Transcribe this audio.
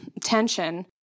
tension